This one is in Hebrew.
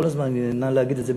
כל הזמן אני נהנה להגיד את זה,